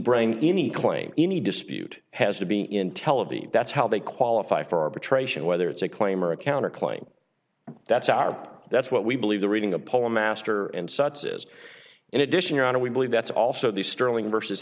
bring any claim any dispute has to be intel of the that's how they qualify for arbitration whether it's a claim or a counter claim that's our that's what we believe the reading the poem master and such is in addition your honor we believe that's also the sterling versus